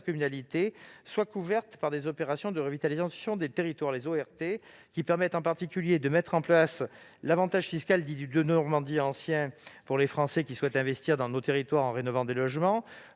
intercommunalité soient couvertes par des opérations de revitalisation de territoire (ORT). Celles-ci permettent en particulier de mettre en place l'avantage fiscal dit « Denormandie ancien » pour les Français qui souhaitent investir dans nos territoires en rénovant des logements,